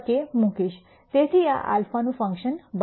તેથી આ α નું ફંક્શન બનશે